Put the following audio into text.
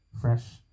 fresh